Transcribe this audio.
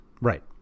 Right